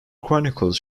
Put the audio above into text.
chronicles